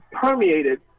permeated